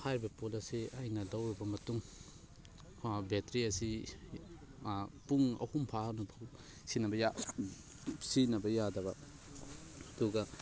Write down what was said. ꯍꯥꯏꯔꯤꯕ ꯄꯣꯠ ꯑꯁꯤ ꯑꯩꯅ ꯂꯧꯔꯨꯕ ꯃꯇꯨꯡ ꯕꯦꯇ꯭ꯔꯤ ꯑꯁꯤ ꯄꯨꯡ ꯑꯍꯨꯝ ꯐꯥꯅ ꯐꯥꯎ ꯁꯤꯖꯤꯟꯅꯕ ꯁꯤꯖꯤꯟꯅꯕ ꯌꯥꯗꯕ ꯑꯗꯨꯒ